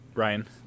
ryan